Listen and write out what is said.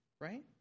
right